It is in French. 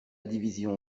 division